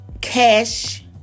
cash